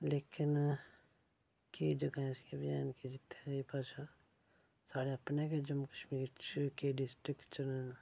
लेकिन केईं जगहां ऐसियां बी हैन कि जि'त्थें एह् भाशा साढ़े अपने गै जम्मू कशमीर च केईं डिस्ट्रिक्ट च